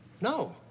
no